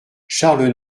charles